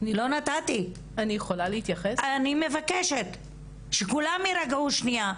לא נתתי, אני מבקשת שכולם יירגעו שנייה,